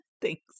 Thanks